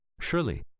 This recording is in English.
Surely